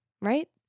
right